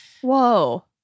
whoa